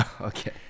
Okay